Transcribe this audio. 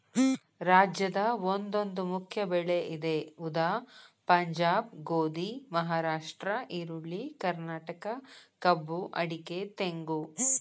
ರಾಜ್ಯದ ಒಂದೊಂದು ಮುಖ್ಯ ಬೆಳೆ ಇದೆ ಉದಾ ಪಂಜಾಬ್ ಗೋಧಿ, ಮಹಾರಾಷ್ಟ್ರ ಈರುಳ್ಳಿ, ಕರ್ನಾಟಕ ಕಬ್ಬು ಅಡಿಕೆ ತೆಂಗು